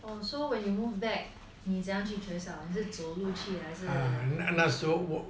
oo so we can move back 你这样去学校你是走路去还是